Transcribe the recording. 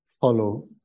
follow